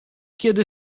kiedy